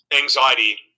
anxiety